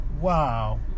wow